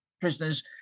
prisoners